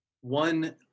one